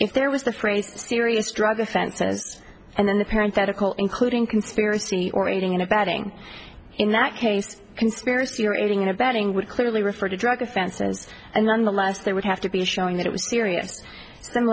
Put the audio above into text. if there was the phrase serious drug offenses and then the parent had a call including conspiracy or aiding and abetting in that case conspiracy or aiding and abetting would clearly refer to drug offenses and nonetheless they would have to be showing that it was serious and